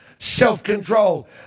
self-control